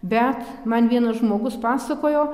bet man vienas žmogus pasakojo